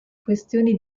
questioni